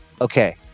okay